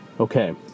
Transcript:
Okay